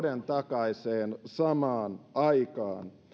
vuoden takaiseen samaan aikaan